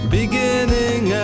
beginning